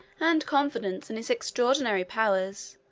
and confidence in his extraordinary powers,